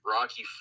Rocky